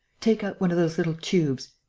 take out one of those little tubes.